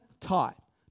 taught